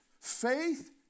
Faith